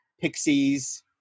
Pixies